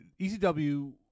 ECW